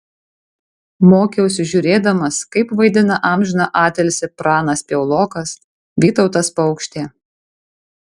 mokiausi žiūrėdamas kaip vaidina amžiną atilsį pranas piaulokas vytautas paukštė